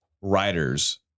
writers